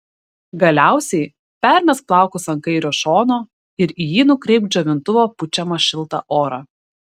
galiausiai permesk plaukus ant kairio šono ir į jį nukreipk džiovintuvo pučiamą šiltą orą